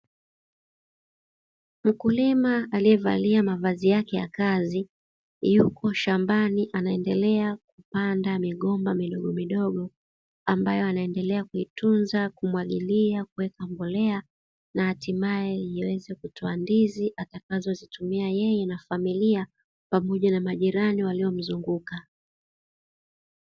Mkulima aliyevalia mavazi yake ya kazi yupo shambani anaendelea kupanda migomba midogo midogo ambayo anaendelea kuitunza, kumwagilia, kuweka mbolea na hatimaye iweze kutoa ndizi atakazozitumia yeye na familia pamoja na majerani waliomzunguka.